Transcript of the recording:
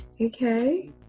Okay